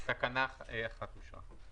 אנחנו רוצים להבין למה הרכבת הקלה בירושלים מוחרגת.